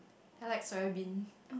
then I like soya bean